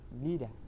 leader